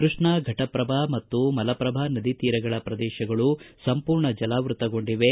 ಕೃಷ್ಣಾ ಫಟಪ್ರಭಾ ಮತ್ತು ಮಲಪ್ರಭಾ ನದಿ ತೀರದ ಪ್ರದೇಶಗಳು ಸಂಪೂರ್ಣ ಜಲಾವೃತಗೊಂಡಿವೆ